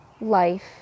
life